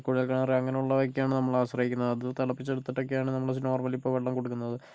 കുഴൽക്കിണർ അങ്ങനെയുള്ളതൊക്കെയാണ് നമ്മൾ ആശ്രയിക്കുന്നത് അത് തിളപ്പിച്ചെടുത്തിട്ടൊക്കെയാണ് നമ്മൾ നോർമലി ഇപ്പോൾ വെള്ളം കൊടുക്കുന്നത്